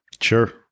Sure